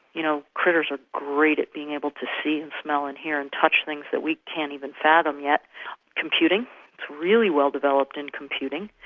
you know, creatures are great at being able to see, smell and hear, and touch things that we can't even fathom yet computing, it's really well-developed in computing,